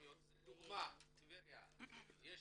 היא בטבריה אבל יש